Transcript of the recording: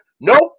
nope